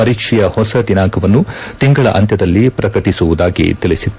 ಪರೀಕ್ಷೆಯ ಹೊಸ ದಿನಾಂಕವನ್ನು ತಿಂಗಳ ಅಂತ್ಯದಲ್ಲಿ ಪ್ರಕಟಿಸುವುದಾಗಿ ತಿಳಿಸಿತ್ತು